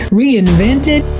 reinvented